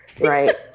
Right